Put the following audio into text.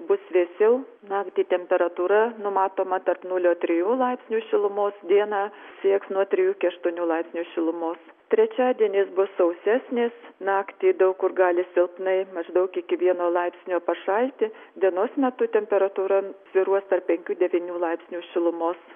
bus vėsiau naktį temperatūra numatoma tarp nulio trijų laipsnių šilumos dieną sieks nuo trijų iki aštuonių laipsnių šilumos trečiadienis bus sausesnis naktį daug kur gali silpnai maždaug iki vieno laipsnio pašalti dienos metu temperatūra svyruos tarp penkių devynių laipsnių šilumos